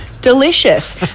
delicious